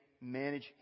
manage